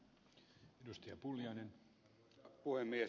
arvoisa puhemies